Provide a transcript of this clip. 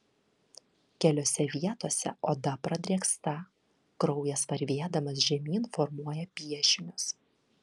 keliose vietose oda pradrėksta kraujas varvėdamas žemyn formuoja piešinius